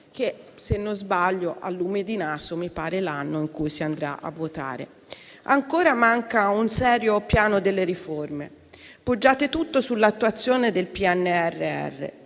che, se non sbaglio, a lume di naso, mi pare l'anno in cui si andrà a votare. Ancora, manca un serio piano delle riforme. Poggiate tutto sull'attuazione del Piano